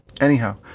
anyhow